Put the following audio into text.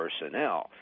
personnel